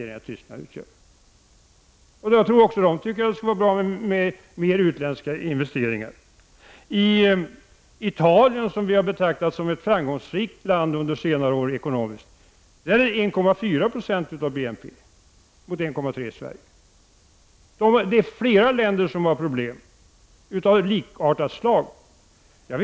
Även där tror jag man skulle tycka det var bra med fler utländska investeringar. I Italien, ett land som vi under senare år har betraktat som ekono miskt framgångsrikt, är de utländska investeringarna 1,4 96 av BNP. Flera länder har alltså problem av likartat slag som vi.